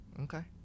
Okay